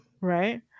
Right